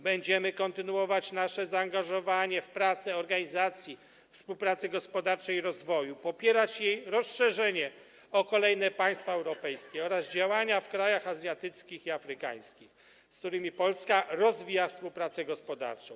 Będziemy kontynuować nasze zaangażowanie w prace Organizacji Współpracy Gospodarczej i Rozwoju, popierać jej rozszerzenie o kolejne państwa europejskie oraz działania w krajach azjatyckich i afrykańskich, z którymi Polska rozwija współpracę gospodarczą.